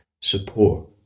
support